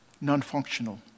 non-functional